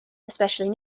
especially